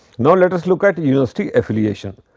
now, let us look at university affiliation.